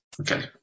Okay